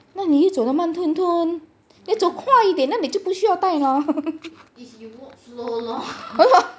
那你又走到慢吞吞 then 走快一点你就不用戴 lor